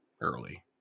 early